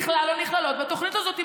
בכלל לא נכללות בתוכנית הזאת.